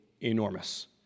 enormous